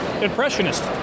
impressionist